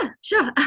sure